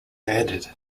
added